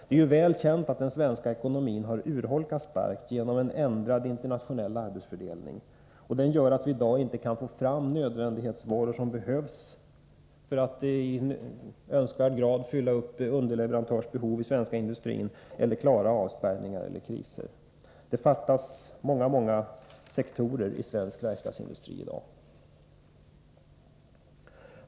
Det är väl känt att den svenska ekonomin har urholkats starkt genom en ändrad internationell arbetsfördelning. Det gör att vi i dag inte kan få fram de nödvändighetsvaror som behövs för att i önskvärd grad fylla upp underleve rantörsbehovet i svensk industri eller för att klara avspärrningar eller kriser. Det fattas många sektorer i svensk verkstadsindustri i dag.